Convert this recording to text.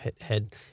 head